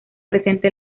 presente